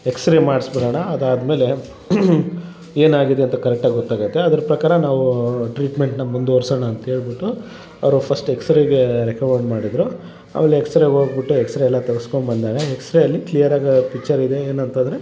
x ray ಮಾಡ್ಸಿಬಿಡೋಣ ಅದು ಆದಮೇಲೆ ಏನಾಗಿದೆ ಅಂತ ಕರೆಕ್ಟಾಗಿ ಗೊತ್ತಾಗುತ್ತೆ ಅದ್ರ ಪ್ರಕಾರ ನಾವೂ ಟ್ರೀಟ್ಮೆಂಟ್ನ ಮುಂದ್ವರ್ಸೋಣ ಅಂತೇಳಿಬಿಟ್ಟು ಅವರು ಫಸ್ಟ್ ಎಕ್ಸ್ರೇಗೇ ರೆಕಮೆಂಡ್ ಮಾಡಿದರು ಆಮೇಲೆ ಎಕ್ಸ್ರೇಗೆ ಹೋಗ್ಬಿಟ್ಟು ಎಕ್ಸ್ರೇ ಎಲ್ಲ ತೋರಿಸ್ಕೊಂಬಂದಾಗ ಎಕ್ಸ್ರೇ ಅಲ್ಲಿ ಕ್ಲಿಯರ್ ಆಗ ಪಿಕ್ಚರ್ ಇದೆ ಏನಂತಂದರೆ